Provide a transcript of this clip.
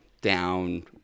down